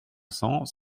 cents